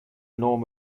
norm